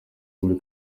muri